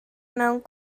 mewn